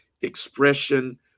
expression